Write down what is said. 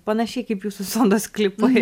panašiai kaip jūsų sodo sklypai